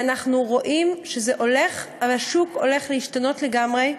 ואנחנו רואים שהשוק הולך להשתנות לגמרי.